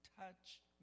touch